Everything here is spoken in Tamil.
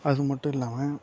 அது மட்டும் இல்லாமல்